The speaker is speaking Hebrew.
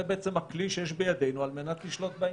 בעצם, זה הכלי שיש בידינו על מנת לשלוט בעניין.